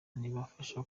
bibafasha